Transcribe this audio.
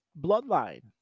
bloodline